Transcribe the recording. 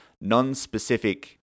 non-specific